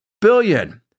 billion